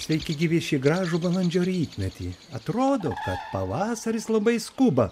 sveiki gyvi šį gražų balandžio rytmetį atrodo kad pavasaris labai skuba